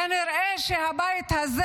כנראה שהבית הזה